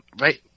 right